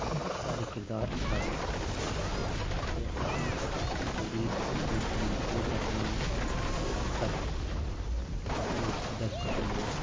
بہت سارے کردار ادا کرتی ہے جیسے کہ جدید چیزوں کو محفوظ رکھنا ادب اردو ایک ادب کا ہی نام ہے